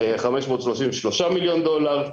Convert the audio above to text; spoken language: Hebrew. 533 מיליון דולר,